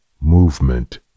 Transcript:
movement